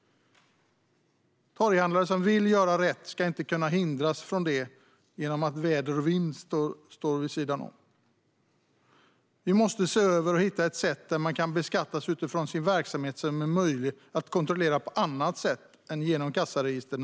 Torghandlare som vill göra rätt ska inte hindras från det på grund av väder och vind. Vi måste se över detta och hitta ett sätt att beskatta ambulerande torghandlares verksamhet som kan kontrolleras på annat sätt än genom kassaregister.